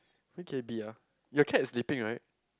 who can it be ah your cat is sleeping right